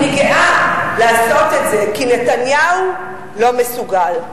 אני גאה לעשות את זה, כי נתניהו לא מסוגל.